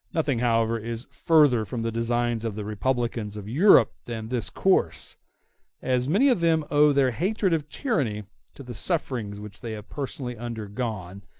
nothing, however, is further from the designs of the republicans of europe than this course as many of them owe their hatred of tyranny to the sufferings which they have personally undergone,